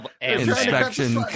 inspection